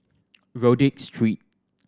Rodyk Street